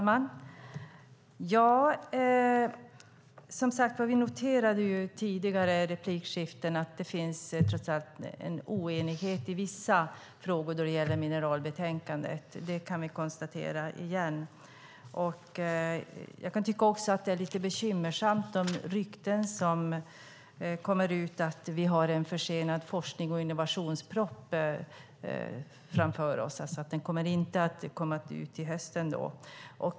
Fru talman! Vi noterade tidigare i replikskiftena att det trots allt finns en oenighet i vissa frågor då det gäller mineralbetänkandet. Det kan vi konstatera igen. Jag kan tycka att det är lite bekymmersamt med de rykten som kommer ut om att vi har en försenad forsknings och innovationsproposition framför oss, alltså att den inte kommer att komma ut till hösten.